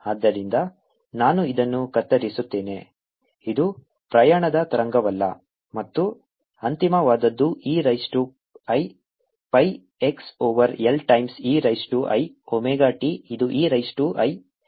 ಆದ್ದರಿಂದ ನಾನು ಇದನ್ನು ಕತ್ತರಿಸುತ್ತೇನೆ ಇದು ಪ್ರಯಾಣದ ತರಂಗವಲ್ಲ ಮತ್ತು ಅಂತಿಮವಾದದ್ದು e raise to i pi x over L times e raise to i omega t ಇದು e raise to i pi x over L plus omega t